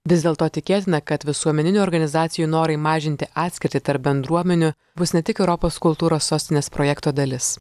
vis dėlto tikėtina kad visuomeninių organizacijų norai mažinti atskirtį tarp bendruomenių bus ne tik europos kultūros sostinės projekto dalis